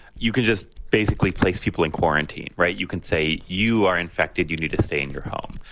you can just basically place people in quarantine. right. you can say you are infected. you need to stay in your home,